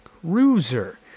cruiser